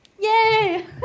Yay